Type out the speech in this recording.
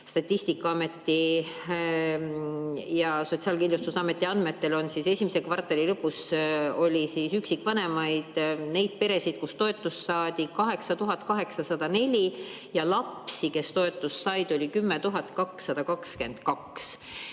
Statistikaameti ja Sotsiaalkindlustusameti andmetel esimese kvartali lõpus oli üksikvanemaid, neid peresid, kus toetust saadi, 8804. Ja lapsi, kes toetust said, oli 10 222.